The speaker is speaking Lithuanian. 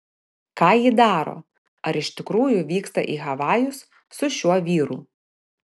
ką ji daro ar iš tikrųjų vyksta į havajus su šiuo vyru